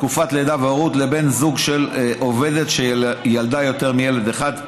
תקופת לידה והורות לבן זוג של עובדת שילדה יותר מילד אחד),